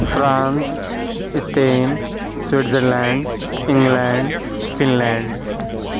France Spain Switzerland England Finland